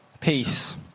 Peace